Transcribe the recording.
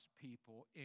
people